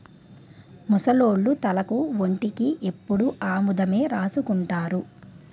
ముసలోళ్లు తలకు ఒంటికి ఎప్పుడు ఆముదమే రాసుకుంటారు